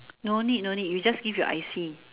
no need no need you just give your I_C